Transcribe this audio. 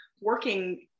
working